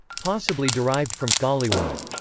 possibly derived from golliwogg.